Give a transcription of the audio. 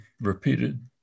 repeated